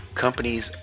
companies